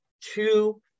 two